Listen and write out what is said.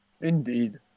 Indeed